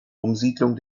umsiedlung